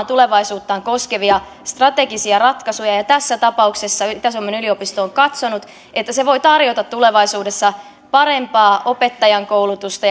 tulevaisuuttaan koskevia strategisia ratkaisuja tässä tapauksessa itä suomen yliopisto on katsonut että se voi tarjota tulevaisuudessa parempaa opettajankoulutusta